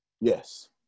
Yes